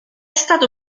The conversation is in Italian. stato